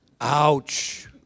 Ouch